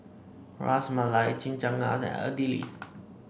Ras Malai Chimichangas and Idili